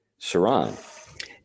Saran